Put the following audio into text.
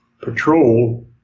patrol